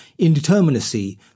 indeterminacy